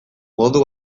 modu